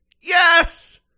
Yes